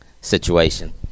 situation